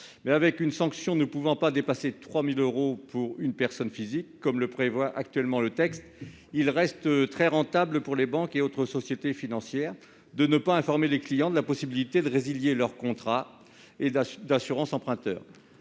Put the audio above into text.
avec une sanction ne pouvant excéder 3 000 euros pour une personne physique, comme le prévoit actuellement le texte, il reste très rentable pour les banques et autres sociétés financières de ne pas informer leurs clients de la possibilité de résilier leur contrat d'assurance emprunteur.